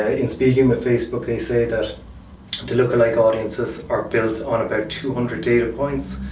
ah in speaking the facebook they say that the look a like audience are built on about two hundred data points.